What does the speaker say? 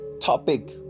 topic